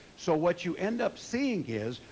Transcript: so what you end up seeing is,